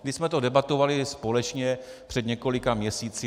My jsme to debatovali i společně před několika měsíci.